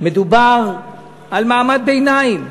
מדובר על מעמד ביניים.